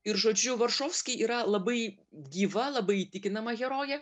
ir žodžiu varšovski yra labai gyva labai įtikinama herojė